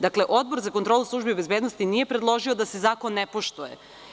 Dakle, Odbor za kontrolu službi bezbednosti nije predložio da se zakone ne poštuje.